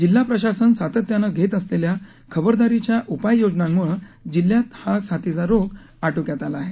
जिल्हा प्रशासन सातत्यानं घेत असलेल्या खबरदारीच्या उपाययोजनामुळं जिल्ह्यात हा साथरोग आटोक्यात आला आहे